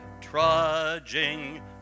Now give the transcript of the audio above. trudging